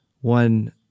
one